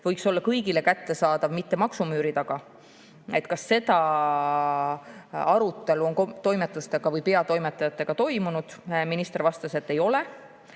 võiks olla kõigile kättesaadav, mitte maksumüüri taga. Kas seda arutelu on toimetustega või peatoimetajatega toimunud? Minister vastas, et ei ole.